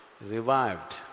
revived